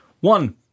One